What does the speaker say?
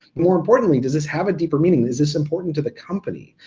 more importantly, does this have a deeper meaning? is this important to the company?